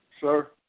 sir